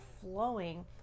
flowing